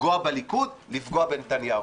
לפגוע בליכוד, לפגוע בנתניהו.